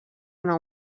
una